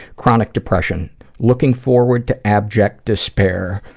chronic depression looking forward to abject despair,